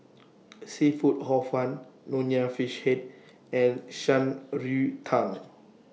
Seafood Hor Fun Nonya Fish Head and Shan Rui Tang